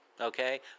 Okay